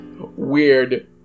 Weird